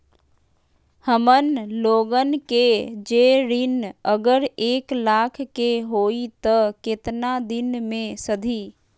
हमन लोगन के जे ऋन अगर एक लाख के होई त केतना दिन मे सधी?